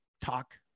talk